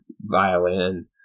violin